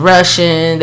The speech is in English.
Russian